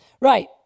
Right